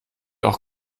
auch